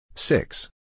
Six